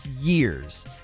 years